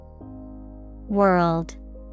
World